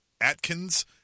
Atkins